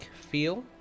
feel